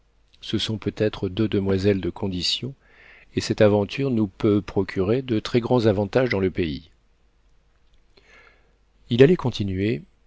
ce sont peut-être deux demoiselles de condition et cette aventure nous peut procurer de très grands avantages dans le pays il allait continuer